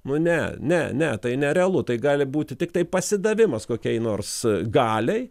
nu ne ne ne tai nerealu tai gali būti tiktai pasidavimas kokiai nors galiai